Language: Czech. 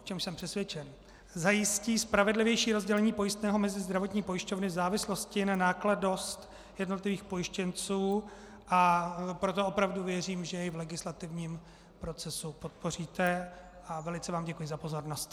o čemž jsem přesvědčen, zajistí spravedlivější rozdělení pojistného mezi zdravotní pojišťovny v závislosti na nákladnost jednotlivých pojištěnců, a proto opravdu věřím, že ho v legislativním procesu podpoříte, a velice vám děkuji za pozornost.